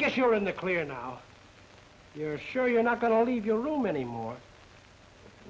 guess you're in the clear now you're sure you're not going to leave your room anymore